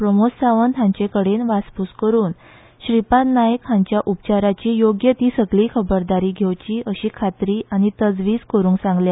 प्रमोद सावंत हांचेकडेन वासपुस करुन श्रीपाद नाईक हांच्या उपचाराची योग्य ती सगली खबरदारी घेवची अशी खात्री आनी तजवीज करुंक सांगल्या